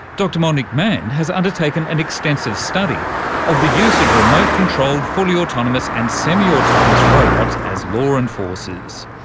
dr monique mann has undertaken an extensive study of the use of remote-controlled, fully autonomous and semi-autonomous robots as law enforcers.